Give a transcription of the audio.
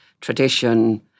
tradition